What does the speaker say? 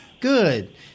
Good